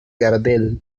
gardel